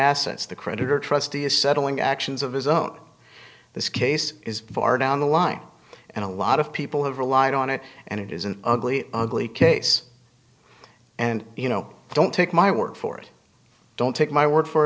assets the creditor trustee is settling actions of his own this case is far down the line and a lot of people have relied on it and it is an ugly ugly case and you know don't take my word for it don't take my word for